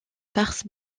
farce